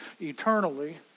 eternally